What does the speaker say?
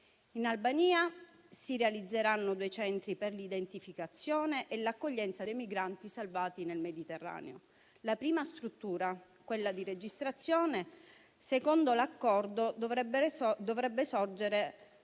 In Albania si realizzeranno due centri per l'identificazione e l'accoglienza dei migranti salvati nel Mediterraneo. La prima struttura, quella di registrazione, secondo l'accordo dovrebbe sorgere